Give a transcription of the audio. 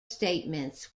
statements